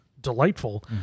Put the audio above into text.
delightful